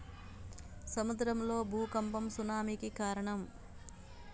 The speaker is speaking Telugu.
సముద్రం లో భూఖంపం సునామి కి కారణం